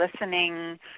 listening